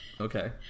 Okay